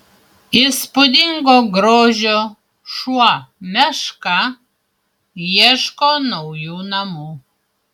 įspūdingo grožio šuo meška ieško naujų namų